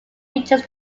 reaches